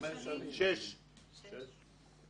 שש שנים.